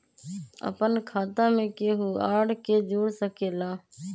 अपन खाता मे केहु आर के जोड़ सके ला?